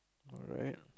all right